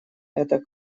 это